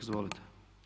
Izvolite.